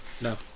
No